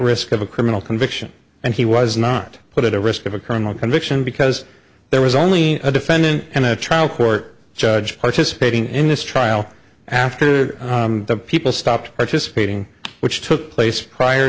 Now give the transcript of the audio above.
risk of a criminal conviction and he was not put at risk of a colonel conviction because there was only a defendant in a trial court judge participating in this trial after the people stopped participating which took place prior